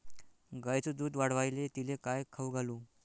गायीचं दुध वाढवायले तिले काय खाऊ घालू?